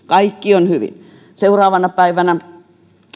kaikki on hyvin seuraavana päivänä